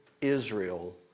Israel